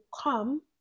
come